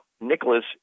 Nicholas